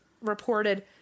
reported